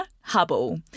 Hubble